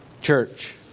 church